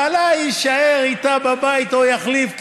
בעלה יישאר איתה בבית או יחליף,